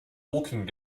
walking